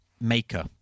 maker